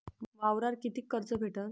वावरावर कितीक कर्ज भेटन?